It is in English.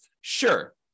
Sure